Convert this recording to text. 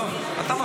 לא, אתה מפריע.